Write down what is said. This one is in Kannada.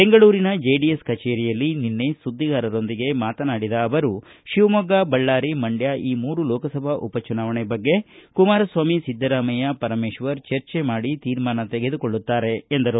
ಬೆಂಗಳೂರಿನ ಜೆಡಿಎಸ್ ಕಚೇರಿಯಲ್ಲಿ ನಿನ್ನೆ ಸುದ್ವಿಗಾರರೊಂದಿಗೆ ಮಾತನಾಡಿದ ಅವರು ಶಿವಮೊಗ್ಗ ಬಳ್ಳಾರಿ ಮಂಡ್ಕ ಈ ಮೂರು ಲೋಕಸಭಾ ಉಪ ಚುನಾವಣೆ ಬಗ್ಗೆ ಕುಮಾರಸ್ವಾಮಿ ಸಿದ್ದರಾಮಯ್ಯ ಪರಮೇಶ್ವರ್ ಚರ್ಚೆ ಮಾಡಿ ತೀರ್ಮಾನ ತೆಗೆದುಕೊಳ್ಳುತ್ತಾರೆ ಎಂದರು